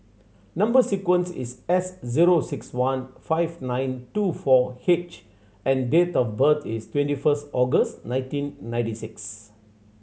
number sequence is S zero six one five nine two four H and date of birth is twenty first August nineteen ninety six